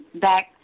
back